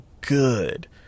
good